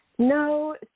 No